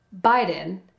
Biden